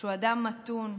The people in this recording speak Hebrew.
שהוא אדם מתון,